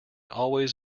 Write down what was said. always